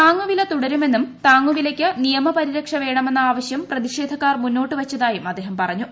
താങ്ങുവില തുടരുമെന്നും താങ്ങുവിലയ്ക്ക് നിയമപരിരക്ഷ വേണമെന്ന ആവശ്യം പ്രതിഷേധക്കാർ മുന്നോട്ടു വയ്ച്ചതായും അദ്ദേഹം പറഞ്ഞു